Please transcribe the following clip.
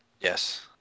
Yes